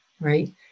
right